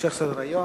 להמשך סדר-היום,